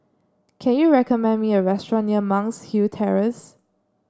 can you recommend me a restaurant near Monk's Hill Terrace